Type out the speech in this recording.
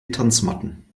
tanzmatten